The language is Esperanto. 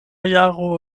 jaro